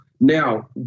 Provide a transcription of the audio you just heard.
Now